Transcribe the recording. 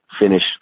finish